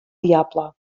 diable